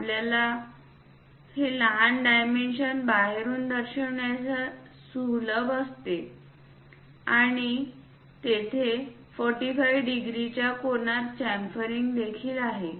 हे आपल्याला हे लहान डायमेन्शन बाहेरून दर्शविण्यास सुलभ करते आणि तेथे 45 डिग्रीच्या कोनात चांफरिंग देखील आहे